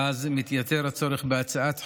ואז מתייתר הצורך בהצעת חוק.